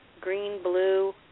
green-blue